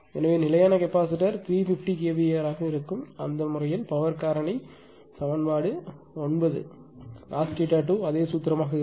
எனவே நிலையான capacitor 350 kVAr ஆக இருக்கும் அந்த வழக்கில் புதிய பவர் காரணி சமன்பாடு 9 cos θ2 அதே சூத்திரமாக இருக்கும்